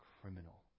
criminal